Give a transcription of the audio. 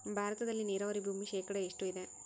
ಭಾರತದಲ್ಲಿ ನೇರಾವರಿ ಭೂಮಿ ಶೇಕಡ ಎಷ್ಟು ಇದೆ?